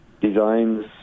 designs